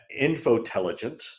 Infotelligent